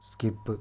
skip